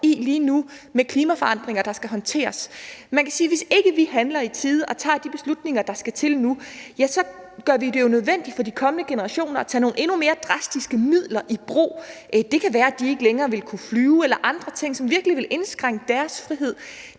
i lige nu, med klimaforandringer, der skal håndteres. Man kan sige, at hvis vi ikke handler i tide og tager de beslutninger, der skal til nu, så gør vi det jo nødvendigt for de kommende generationer at tage nogle endnu mere drastiske midler i brug. Det kunne være, at de ikke længere ville kunne flyve eller andre ting, som virkelig ville indskrænke deres frihed.